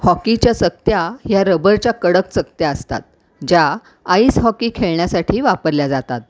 हॉकीच्या चकत्या ह्या रबरच्या कडक चकत्या असतात ज्या आईस हॉकी खेळण्यासाठी वापरल्या जातात